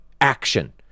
action